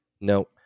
No